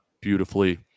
beautifully